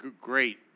Great